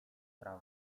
sprawy